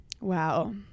Wow